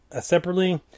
separately